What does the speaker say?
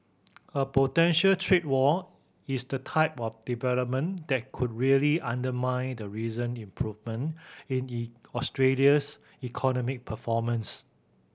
a potential trade war is the type of development that could really undermine the recent improvement in Australia's economic performance